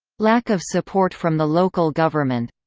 lack of support from the local government